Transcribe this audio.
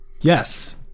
Yes